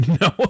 No